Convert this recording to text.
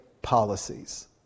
policies